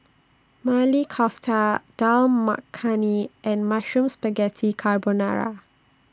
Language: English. Maili Kofta Dal Makhani and Mushroom Spaghetti Carbonara